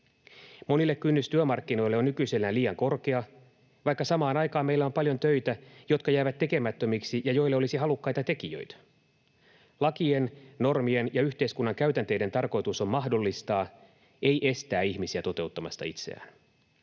Monille kynnys työmarkkinoille on nykyisellään liian korkea, vaikka samaan aikaan meillä on paljon töitä, jotka jäävät tekemättömiksi ja joille olisi halukkaita tekijöitä. Lakien, normien ja yhteiskunnan käytänteiden tarkoitus on mahdollistaa, ei estää ihmisiä toteuttamasta itseään.